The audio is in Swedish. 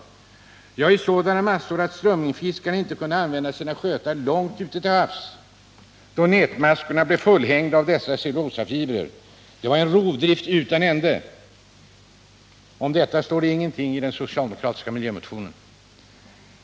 Det gjorde man i sådan utsträckning att strömmingsfiskarna inte kunde använda sina skötar långt ute till havs, då nätmaskorna blev fullhängda av cellulosafibrer. Det var en rovdrift utan ände. Om detta står det ingenting i den socialdemokratiska miljömotionen.